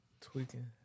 tweaking